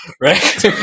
right